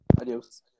Adios